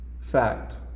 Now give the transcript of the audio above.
fact